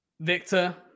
Victor